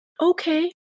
okay